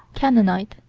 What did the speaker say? canaanite,